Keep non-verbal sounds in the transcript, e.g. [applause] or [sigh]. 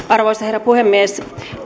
[unintelligible] arvoisa herra puhemies